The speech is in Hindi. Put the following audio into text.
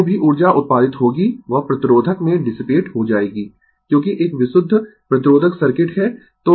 जो भी ऊर्जा उत्पादित होगी वह प्रतिरोधक में डिसिपिएट हो जाएगी क्योंकि एक विशुद्ध प्रतिरोधक सर्किट है